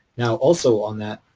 now, also on that,